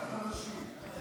חלשים.